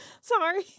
Sorry